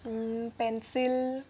pencil